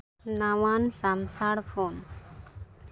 ᱱᱟᱣᱟᱱ ᱥᱟᱢᱥᱟᱲ ᱯᱷᱳᱱ